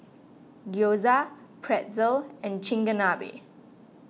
Gyoza Pretzel and Chigenabe